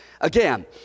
Again